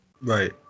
Right